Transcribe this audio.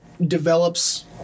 develops